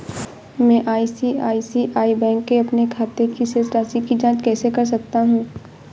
मैं ICICI bank के अपने खाते की शेष राशि की जाँच कैसे कर सकता हूँ?